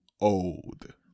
old